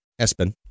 Espen